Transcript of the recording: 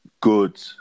good